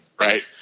right